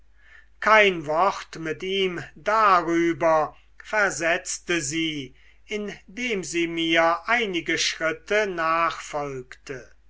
kein wort mit ihm darüber versetzte sie indem sie mir einige schritte